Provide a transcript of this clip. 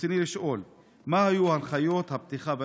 רצוני לשאול: 1. מה היו הנחיות הפתיחה באש?